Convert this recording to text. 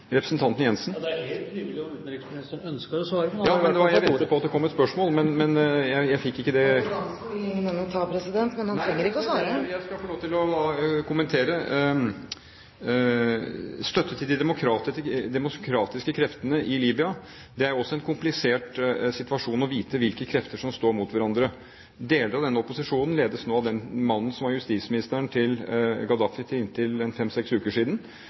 representanten Jensen. Ja, det er helt frivillig om utenriksministeren ønsker å svare. Ja, men jeg ventet på at det kom et spørsmål, men jeg fikk ikke det. Arrogansen vil ingen ende ta, president, men han behøver ikke å svare. Jeg skal få lov til å kommentere dette med støtte til de demokratiske kreftene i Libya. Det er også en komplisert situasjon å vite hvilke krefter som står mot hverandre. Deler av denne opposisjonen ledes nå av den mannen som var justisministeren til Gaddafi inntil for fem–seks uker siden.